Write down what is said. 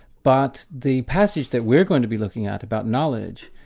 but the passage that we're going to be looking at about knowledge,